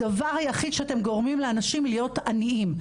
הדבר היחיד שאתם גורמים לאנשים להיות עניים,